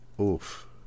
Oof